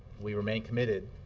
we remain committed